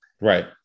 Right